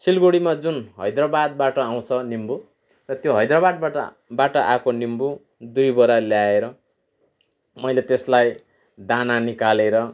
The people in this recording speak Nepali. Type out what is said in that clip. सिलगुडीमा जुन हैदराबादबाट आउँछ निम्बु र त्यो हैदराबादबाट बाट आएको निम्बु दुई बोरा ल्याएर मैले त्यसलाई दाना निकालेर